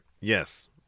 Yes